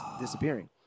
disappearing